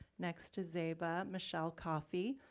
next to zeyba, michelle coffey.